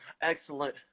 excellent